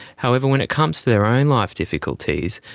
however when it comes to their own life difficulties,